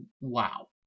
wow